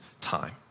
time